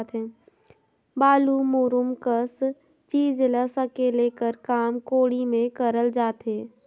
बालू, मूरूम कस चीज ल सकेले कर काम कोड़ी मे करल जाथे